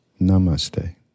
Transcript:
Namaste